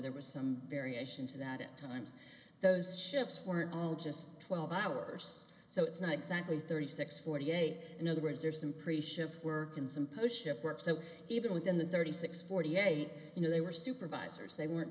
there was some variation to that it times those ships were all just twelve hours so it's not exactly thirty six forty eight in other words there's some pretty ship work and some push ups so even within the thirty six forty eight you know they were supervisors they weren't